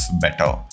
better